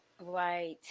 Right